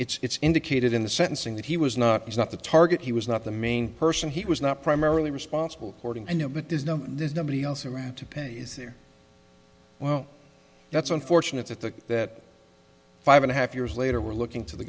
had it's indicated in the sentencing that he was not he's not the target he was not the main person he was not primarily responsible hoarding i know but there's no there's nobody else around to pay is there well that's unfortunate that that the five and a half years later we're looking to the